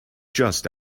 just